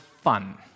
fun